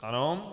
Ano.